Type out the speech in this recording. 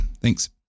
Thanks